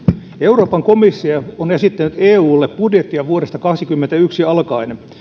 euroopan komissio on esittänyt eulle budjettia vuodesta kaksikymmentäyksi alkaen